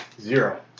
Zero